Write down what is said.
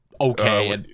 okay